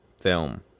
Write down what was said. film